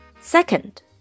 Second